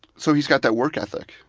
so he's got that work ethic,